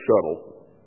shuttle